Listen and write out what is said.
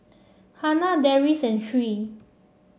Hana Deris and Sri